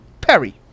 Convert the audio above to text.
Perry